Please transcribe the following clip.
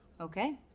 Okay